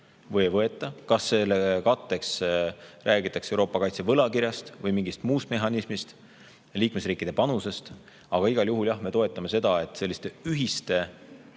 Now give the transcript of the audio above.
ei võeta, kas selle katteks räägitakse Euroopa kaitsevõlakirjast või mingist muust mehhanismist, liikmesriikide panusest. Aga igal juhul jah, me toetame seda, et selliste ühiste,